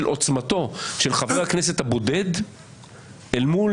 עוצמתו של חבר הכנסת הבודד אל מול